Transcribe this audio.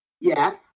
yes